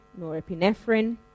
norepinephrine